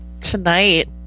tonight